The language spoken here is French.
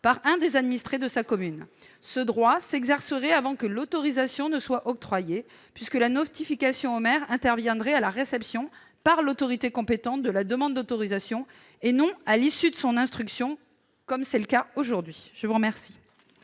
par l'un des administrés de sa commune. Ce droit s'exercerait avant que l'autorisation ne soit octroyée, puisque la notification au maire interviendrait à la réception par l'autorité compétente de la demande d'autorisation, et non à l'issue de son instruction, comme c'est le cas aujourd'hui. Quel